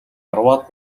арваад